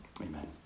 Amen